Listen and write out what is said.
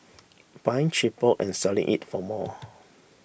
buying cheaper and selling it for more